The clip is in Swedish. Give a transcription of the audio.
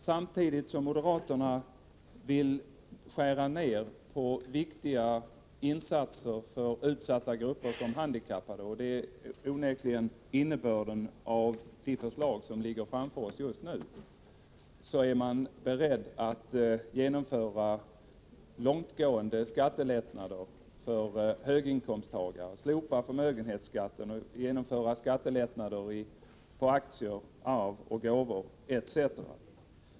Samtidigt som moderaterna vill skära ned på viktiga insatser för utsatta grupper som handikappade — det är uppenbarligen innebörden av de förslag som ligger framför oss just nu — är man beredd att genomföra långtgående skattelättnader för höginkomsttagare, att slopa förmögenhetsskatten och att genomföra skattelättnader på aktier, arv, gåvor etc.